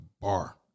bar